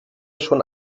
schon